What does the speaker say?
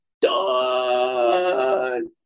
done